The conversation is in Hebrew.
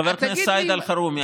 חבר הכנסת סעיד אלחרומי.